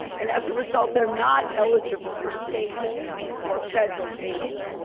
and as a result, they're not eligible for state or federal aid.